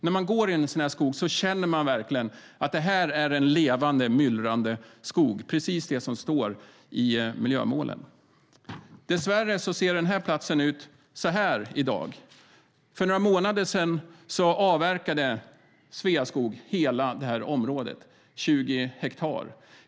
När man går i en sådan skog känner man verkligen att det är en levande, myllrande skog - precis det som står i miljömålen. Dess värre ser platsen i dag ut som på den bild jag nu visar upp. För några månader sedan avverkade Sveaskog hela området - 20 hektar.